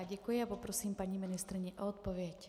Děkuji a poprosím paní ministryni o odpověď.